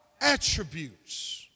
Attributes